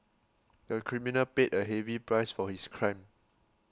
the criminal paid a heavy price for his crime